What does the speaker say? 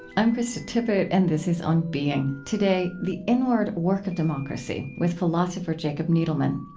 i'm krista tippett, and this is on being. today, the inward work of democracy, with philosopher jacob needleman.